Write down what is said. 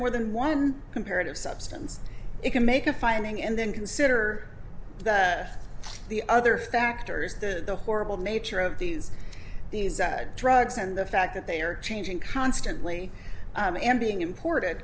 more than one comparative substance you can make a finding and then consider the other factors that the horrible nature of these these add drugs and the fact that they are changing constantly being imported